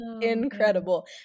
incredible